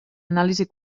anàlisi